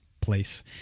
place